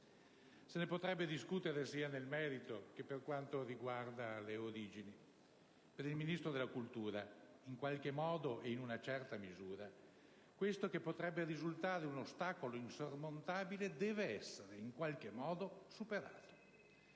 Se ne potrebbe discutere sia nel merito che per quanto riguarda le origini. Per il Ministro della cultura, in qualche modo e in una certa misura, questo che potrebbe risultare un ostacolo insormontabile deve essere in qualche modo superato.